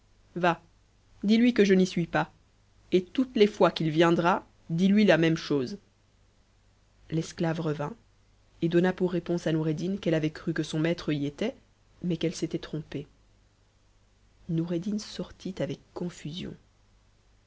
va dis-lui que je n'y suis pas et toutes les fois qu'it viendra dis-lui la même chose l'esclave revint et donna pour réponse a noureddin qu'elle avait cru que son maître y était mais qu'elle s'était trompée noureddin sortit avec confusion